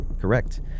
Correct